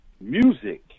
music